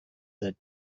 that